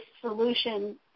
solution